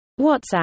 WhatsApp